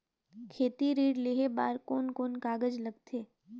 खेती ऋण लेहे बार कोन कोन कागज लगथे?